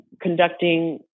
conducting